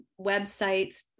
Websites